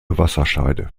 wasserscheide